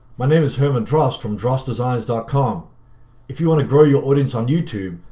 my name is herman drost from drostdesigns dot com if you want to grow your audience on youtube,